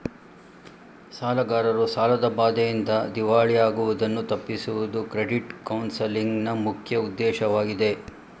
ಸಾಲಗಾರರು ಸಾಲದ ಬಾಧೆಯಿಂದ ದಿವಾಳಿ ಆಗುವುದನ್ನು ತಪ್ಪಿಸುವುದು ಕ್ರೆಡಿಟ್ ಕೌನ್ಸಲಿಂಗ್ ನ ಮುಖ್ಯ ಉದ್ದೇಶವಾಗಿದೆ